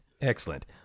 Excellent